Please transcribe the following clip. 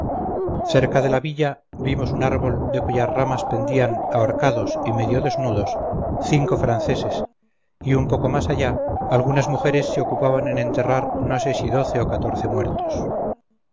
cerca de la villa vimos un árbol de cuyas ramas pendían ahorcados y medio desnudos cinco franceses y un poco más allá algunas mujeres se ocupaban en enterrar no sé si doce o catorce muertos